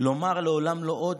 לומר "לעולם לא עוד",